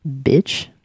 Bitch